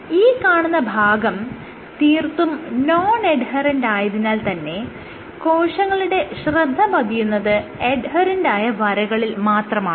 ഈ കാണുന്ന ഭാഗം തീർത്തും നോൺ എഡ്ഹെറെന്റ് ആയതിനാൽ തന്നെ കോശങ്ങളുടെ ശ്രദ്ധ പതിയുന്നത് എഡ്ഹെറെന്റായ വരകളിൽ മാത്രമാണ്